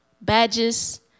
Badges